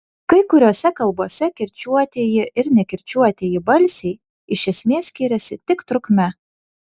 kai kuriose kalbose kirčiuotieji ir nekirčiuotieji balsiai iš esmės skiriasi tik trukme